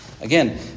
Again